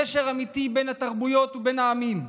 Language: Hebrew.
גשר אמיתי בין התרבויות ובין העמים,